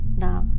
now